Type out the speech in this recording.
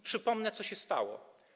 Przypomnę, co się stało.